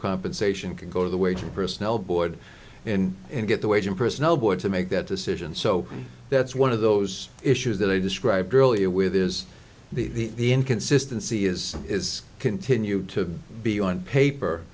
compensation could go to the wage personnel board in and get the wage and personnel board to make that decision so that's one of those issues that i described earlier with is the inconsistency is is continued to be on paper